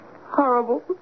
horrible